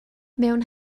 mewn